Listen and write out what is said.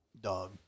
Dog